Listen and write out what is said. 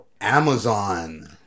Amazon